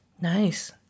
Nice